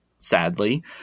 Sadly